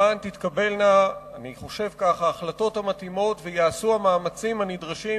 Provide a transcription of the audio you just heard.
למען תתקבל ההחלטה המתאימה אצל מקבלי